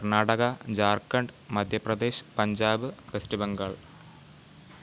Karnataka Jharkhand Madhya Pradesh Punjab west Bengal